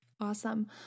Awesome